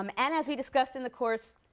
um and as we discussed in the course,